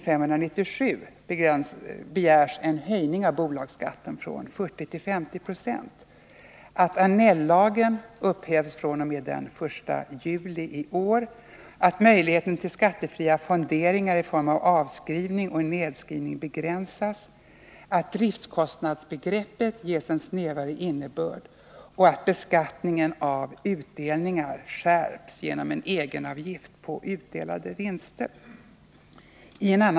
fonderingar i form av avskrivning och nedskrivning begränsas, att driftkostnadsbegreppet ges en snävare innebörd och att beskattningen av utdelningar skärps genom en egenavgift på utdelade vinster.